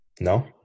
No